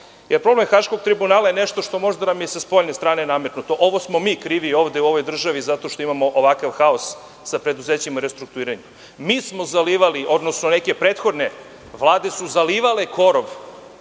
jer problem Haškog tribunala je nešto što nam je možda nametnuto sa spoljne strane, ovo smo mi krivi ovde u ovoj državi zato što imamo ovakav haos sa preduzećima u restrukturiranju. Mi smo zalivali, odnosno neke prethodne Vlade su zalivale korov